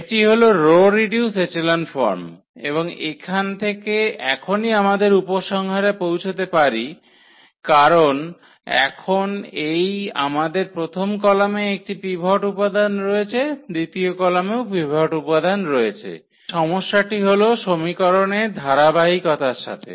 এটি হল row reduced echelon form এবং এখান থেকে এখনই আমরা উপসংহারে পৌঁছাতে পারি কারণ এখন এই আমাদের প্রথম কলামে একটি পিভট উপাদান রয়েছে দ্বিতীয় কলামেও পিভট উপাদান রয়েছে কিন্তু এখানে সমস্যাটি হল সমীকরণের ধারাবাহিকতার সাথে